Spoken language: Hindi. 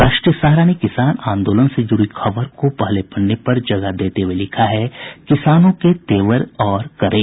राष्ट्रीय सहारा ने किसान आंदोलन से जुड़ी खबर को पहले पन्ने पर जगह देते हुये लिखा है किसानों के तेवर और कड़े